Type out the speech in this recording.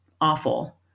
awful